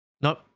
Nope